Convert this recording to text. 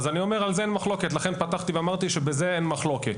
לכן פתחתי ואמרתי שעל זה אין מחלוקת.